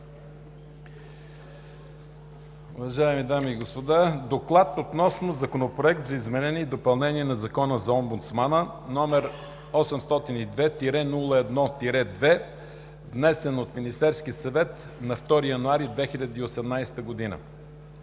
„ДОКЛАД относно Законопроект за изменение и допълнение на Закона за омбудсмана, № 802-01-2, внесен от Министерския съвет на 2 януари 2018 г.